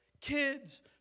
Kids